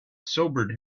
sobered